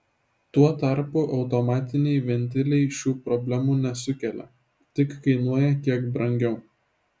tuo tarpu automatiniai ventiliai šių problemų nesukelia tik kainuoja kiek brangiau